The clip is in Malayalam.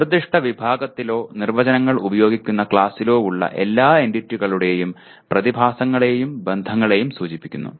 നിർദ്ദിഷ്ട വിഭാഗത്തിലോ നിർവ്വചനങ്ങൾ ഉപയോഗിക്കുന്ന ക്ലാസിലോ ഉള്ള എല്ലാ എന്റിറ്റികളെയും പ്രതിഭാസങ്ങളെയും ബന്ധങ്ങളെയും സൂചിപ്പിക്കുന്നു